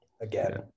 again